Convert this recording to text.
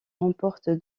remporte